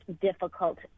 difficult